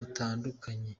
butandukanye